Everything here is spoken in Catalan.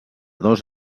dos